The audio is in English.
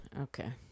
Okay